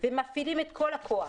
ומפעילים את כל הכוח.